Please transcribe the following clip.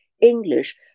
English